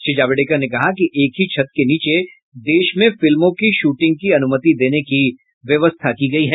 श्री जावड़ेकर ने कहा कि एक ही छत के नीचे देश में फिल्मों की शूटिंग की अनुमति देने की व्यवस्था की गई है